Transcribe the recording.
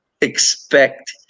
expect